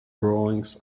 drawings